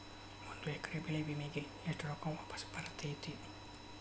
ಒಂದು ಎಕರೆ ಬೆಳೆ ವಿಮೆಗೆ ಎಷ್ಟ ರೊಕ್ಕ ವಾಪಸ್ ಬರತೇತಿ?